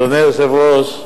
אדוני היושב-ראש,